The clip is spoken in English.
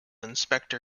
inspector